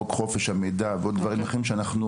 כמו